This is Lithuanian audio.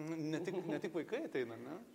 n ne tik ne tik vaikai ateina ne